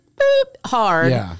hard